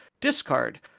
discard